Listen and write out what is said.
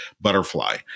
butterfly